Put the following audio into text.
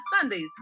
Sundays